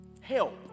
help